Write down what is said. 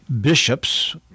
bishops